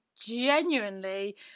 genuinely